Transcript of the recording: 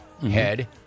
Head